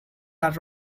are